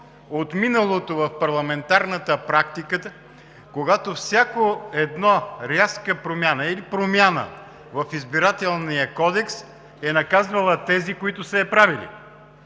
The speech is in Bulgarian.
от миналото в парламентарната практика, когато всяка една рязка промяна или промяна в Избирателния кодекс е наказвала тези, които са я правили.